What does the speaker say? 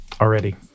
already